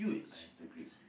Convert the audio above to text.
I have to agree